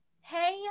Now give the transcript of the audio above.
hey